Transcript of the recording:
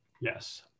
Yes